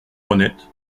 honnête